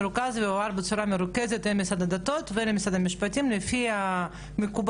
הכול ירוכז ויועבר בצורה מרוכזת למשרד הדתות ולמשרד המשפטים לפי המקובל,